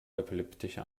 epileptische